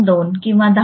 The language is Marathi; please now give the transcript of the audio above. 2 किंवा 10